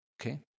Okay